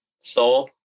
Soul